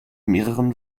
mehreren